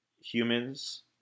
humans